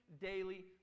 daily